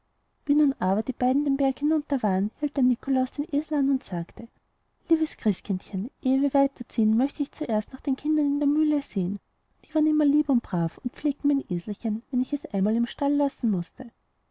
nun aber die beiden den berg hinunter waren hielt der nikolaus den esel an und sagte liebes christkindchen ehe wir weiterziehen möchte ich zuerst nach den kindern in der mühle sehen die waren immer lieb und brav und pflegten mein eselchen wenn ich es einmal im stall allein lassen mußte